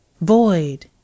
Void